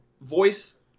voice